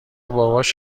باباش